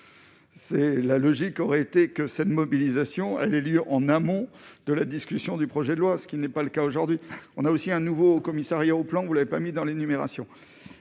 la logique aurait été que cette mobilisation elle aient lieu en amont de la discussion du projet de loi, ce qui n'est pas le cas aujourd'hui, on a aussi un nouveau commissariat au Plan, vous n'avez pas mis dans l'énumération